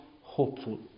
hopeful